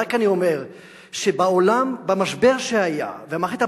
רק אני אומר שבעולם, במשבר שהיה, והמערכת הבנקאית,